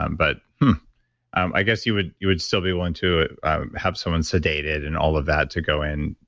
um but um i guess you would you would still be willing to have someone sedated, and all of that to go in,